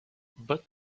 but